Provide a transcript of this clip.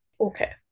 Okay